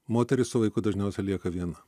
moterys su vaiku dažniausiai lieka viena